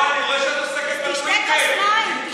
לא, אני רואה שאת מתעסקת בטוויטר, תשתה כוס מים,